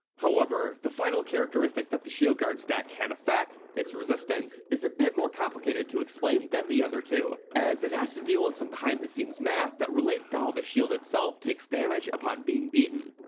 however, the final characteristic that the shield guard can affect its resistance is a bit more complicated to explain then the other two as it has to deal with some behind the scenes math that relates to how the shield itself takes damage upon being beaten.